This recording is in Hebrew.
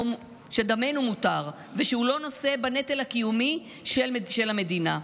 שדמנו מותר ושהוא לא נושא בנטל הקיומי של המדינה.